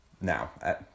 now